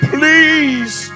Please